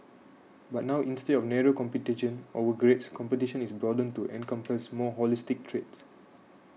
but now instead of narrow competition over grades competition is broadened to encompass more holistic traits